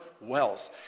wells